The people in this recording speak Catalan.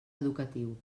educatiu